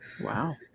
Wow